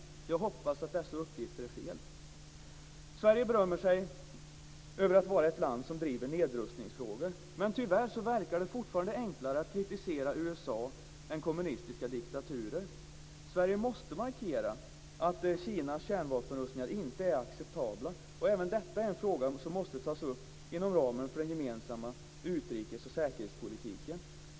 Jag hoppas att dessa uppgifter är felaktiga. Sverige berömmer sig av att vara ett land som driver nedrustningsfrågor. Men tyvärr verkar det fortfarande enklare att kritisera USA än kommunistiska diktaturer. Sverige måste markera att Kinas kärnvapenrustningar inte är acceptabla. Även detta är en fråga som måste tas upp inom ramen för den gemensamma utrikes och säkerhetspolitiken.